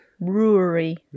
Brewery